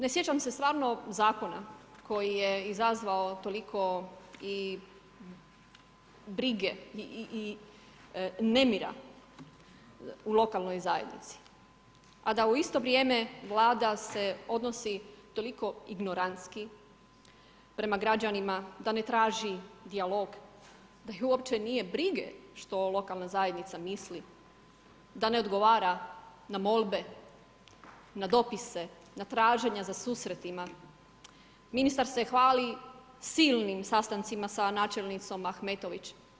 Ne sjećam se stvarno zakona, koji je izazvao toliko brige i nemira u lokalnoj zajednici, a da u isto vrijeme Vlada se odnosi toliko ignorantski, prema građanima, da ne traži dijalog, da nju uopće nije brige, što lokalna zajednica misli, da ne odgovara na molbe, na dopise, na traženja za susretima, ministar se hvali silnim sastancima sa načelnicom Ahmetović.